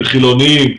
חילוניים,